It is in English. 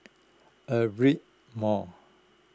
Aperia Mall